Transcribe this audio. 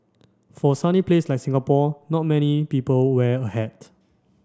for a sunny place like Singapore not many people wear a hat